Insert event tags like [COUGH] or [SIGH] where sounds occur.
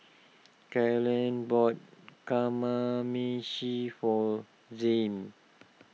[NOISE] Carlene bought Kamameshi for Zain